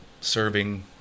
serving